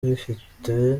bifite